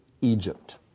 Egypt